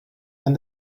and